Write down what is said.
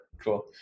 Cool